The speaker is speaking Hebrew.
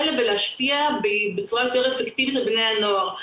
ולהשפיע בצורה יותר אפקטיבית על בני הנוער.